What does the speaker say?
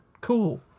Cool